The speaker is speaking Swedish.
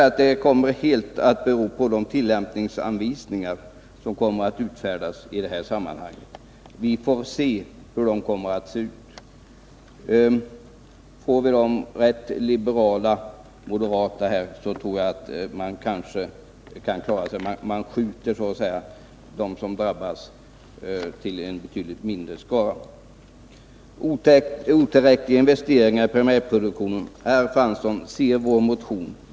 Det kommer helt att bero på de tillämpningsanvisningar som kommer att utfärdas i detta sammanhang. Vi får se hur dessa kommer att se ut. Blir de liberala och moderata kanske man kan klara sig; de som drabbas blir då en betydligt mindre skara. Så till detta om otillräckliga investeringar i primärproduktionen. Se på vår motion, herr Fransson!